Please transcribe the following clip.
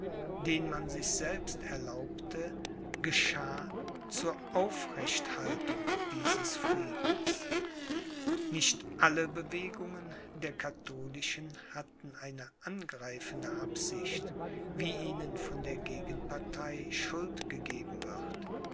den man sich selbst erlaubte geschah zur aufrechthaltung dieses friedens nicht alle bewegungen der katholischen hatten eine angreifende absicht wie ihnen von der gegenpartei schuld gegeben wird